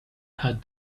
had